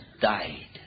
died